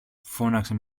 φώναξε